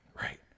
right